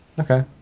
Okay